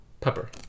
Pepper